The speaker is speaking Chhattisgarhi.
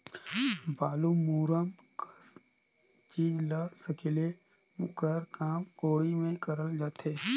बालू, मूरूम कस चीज ल सकेले कर काम कोड़ी मे करल जाथे